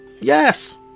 Yes